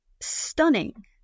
stunning